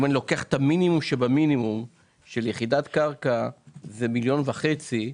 אם אני לוקח את המינימום שבמינימום של יחידת קרקע שזה 1.5 מיליון שקלים,